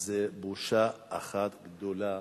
הוא בושה אחת גדולה